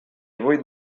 vuit